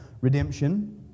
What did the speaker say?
redemption